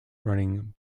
running